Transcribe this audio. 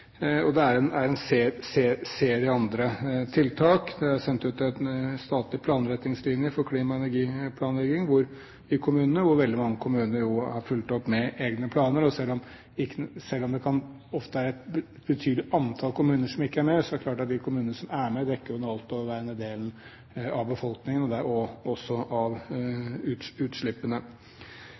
og det er en serie andre tiltak. Det er sendt ut statlige planretningslinjer for klima- og energiplanlegging i kommunene, hvor veldig mange kommuner har fulgt opp med egne planer. Selv om det ofte er et betydelig antall kommuner som ikke er med, er det klart at de kommunene som er med, dekker den altoverveiende delen av befolkningen – og også av utslippene. Kommunene har stor innflytelse på en serie sider ved klimapolitikken: Arealplanlegging – jeg kommer tilbake til kjøpesentre ganske snart, men det er